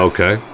Okay